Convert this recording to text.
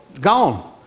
gone